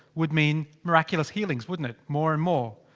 would mean miraculous healing's wouldn't it? more and more.